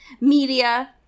media